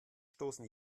stoßen